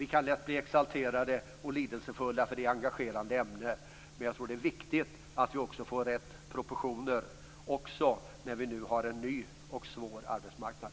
Vi kan lätt bli exalterade och lidelsefulla, för det är ett engagerande ämne, men jag tror att det är viktigt att vi också får de rätta proportionerna när vi nu har en ny och svår arbetsmarknad.